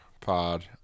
Pod